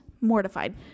mortified